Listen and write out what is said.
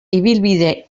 ibilbide